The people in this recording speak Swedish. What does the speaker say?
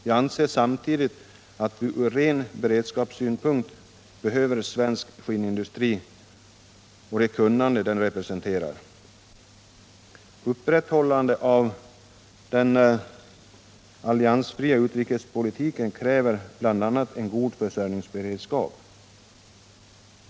Jag anser samtidigt att vi från ren beredskapssynpunkt behöver svensk skinnindustri och det kunnande den representerar. Upprätthållandet av den alliansfria utrikespolitiken kräver bl.a. en god försörjningsberedskap.